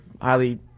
highly